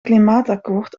klimaatakkoord